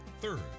Third